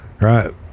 right